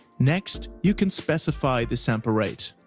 next you can specify the sample rate,